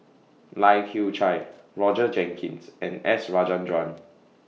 Lai Kew Chai Roger Jenkins and S Rajendran